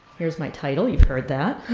there's my title, you've heard that.